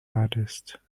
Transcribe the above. artist